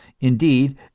indeed